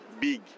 big